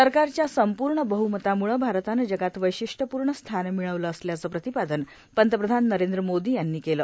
सरकारच्या संपूर्ण बह्मतामुळं भारतानं जगात महत्वपूर्ण स्थान मिळवलं असल्याचं प्रतिपादन पंतप्रधान नरेंद्र मोदी यांनी केलं